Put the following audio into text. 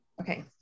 Okay